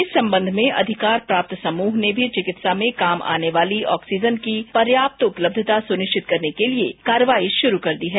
इस संबंध में अधिकार प्राप्त समृह ने भी चिकित्सा में काम आने वाली ऑक्सीजन की पर्याप्त उपलब्धता सुनिरिचत करने के लिए कार्रवाई शुरू कर दी है